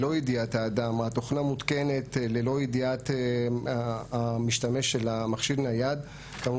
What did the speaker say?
לעניין ההפנייה של הגברת לחנות מכשירי טלפון,